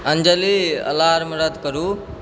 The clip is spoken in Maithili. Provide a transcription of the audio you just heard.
अञ्जली अलार्म रद्द करू